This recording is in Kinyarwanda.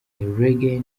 reggae